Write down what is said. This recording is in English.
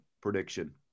prediction